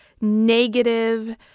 negative